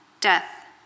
death